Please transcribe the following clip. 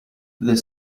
the